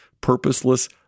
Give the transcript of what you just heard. purposeless